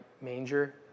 manger